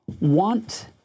want